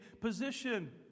position